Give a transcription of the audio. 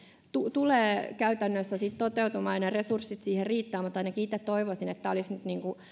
tulee käytännössä toteutumaan ja nämä resurssit siihen riittävät mutta ainakin itse toivoisin että tämä olisi nyt